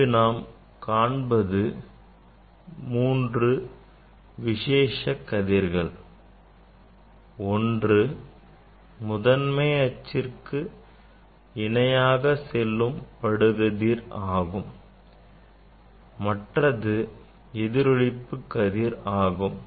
இங்கு நாம் காண்பது மூன்று விசேஷ கதிர்கள் ஒன்று முதன்மை அச்சுக்கு இணையாக செல்லும் படுகதிர் ஆகும் மற்றது எதிரொளிப்பு கதிர் ஆகும்